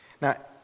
Now